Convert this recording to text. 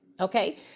okay